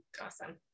Awesome